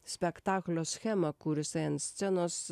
spektaklio schemą kur jisai ant scenos